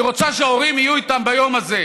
היא רוצה שההורים יהיו איתם ביום הזה.